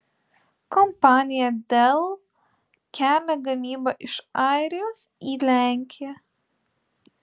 kompanija dell kelia gamybą iš airijos į lenkiją